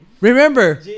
Remember